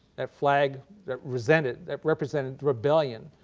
that flag that represented that represented rebellion,